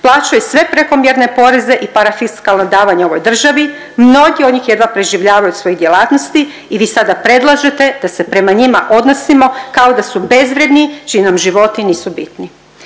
Plaćaju sve prekomjerne poreze i parafiskalna davanja ovoj državi. Mnogi od njih jedva preživljavaju od svojih djelatnosti i vi sada predlažete da se prema njima odnosimo kao da su bezvrijedni čiji nam životi nisu bitni.